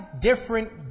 different